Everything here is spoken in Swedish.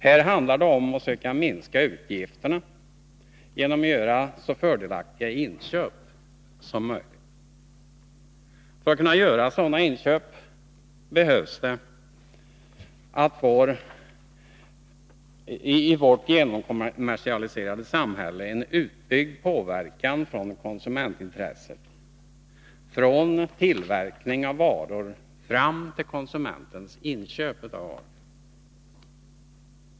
Här handlar det om att söka minska utgifterna genom att göra så fördelaktiga inköp som möjligt. För att människor skall kunna göra sådana inköp behövs det i vårt genomkommersialiserade samhälle en utbyggd påverkan från konsumentintresset — från tillverkning av varor fram till konsumenternas inköp av varor.